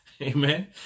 Amen